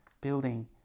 building